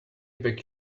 beg